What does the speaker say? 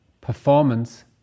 performance